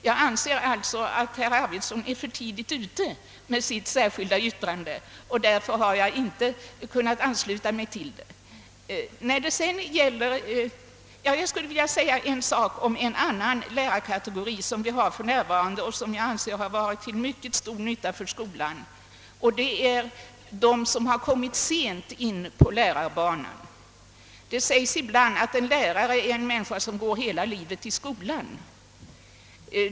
Jag anser alltså att herr Arvidson är för tidigt ute med sitt särskilda yttrande, och därför har jag inte kunnat ansluta mig till det. Jag skulle vilja säga en sak om en annan lärarkategori som vi har för närvarande och som har varit till mycket stor nytta för skolan, nämligen de som sent har kommit in på lärarbanan. Det sägs ibland att en lärare är en människa som hela livet går i skolan.